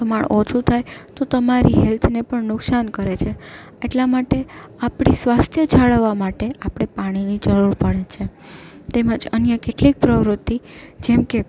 પ્રમાણ ઓછું થાય તો તમારી હેલ્થને પણ નુકસાન કરે છે એટલા માટે આપણી સ્વાસ્થ્ય જાળવવા માટે આપણે પાણીની જરૂર પડે છે તેમજ અન્ય કેટલીક પ્રવૃતિ જેમકે